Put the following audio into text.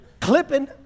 clipping